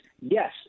yes